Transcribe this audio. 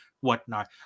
whatnot